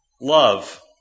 love